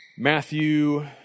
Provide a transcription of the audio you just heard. Matthew